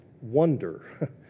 wonder